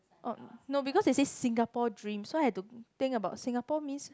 oh no because they say Singapore dream so I've to think about Singapore means